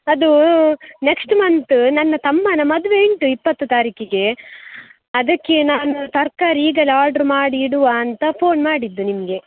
ಅದು next month ನನ್ನ ತಮ್ಮನ ಮದುವೆ ಉಂಟು ಇಪ್ಪತ್ತು ತಾರೀಕಿಗೆ ಅದಕ್ಕೆ ನಾನು ತರಕಾರಿ ಈಗಲೇ ಆಡ್ರು ಮಾಡಿ ಇಡುವ ಅಂತ ಫೋನ್ ಮಾಡಿದ್ದು ನಿಮಗೆ